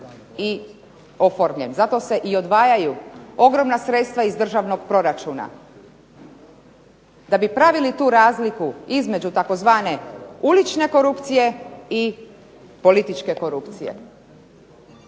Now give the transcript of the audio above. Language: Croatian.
i oformljen, zato se i odvajaju ogromna sredstva iz državnog proračuna, da bi pravili tu razliku između tzv. ulične korupcije i političke korupcije.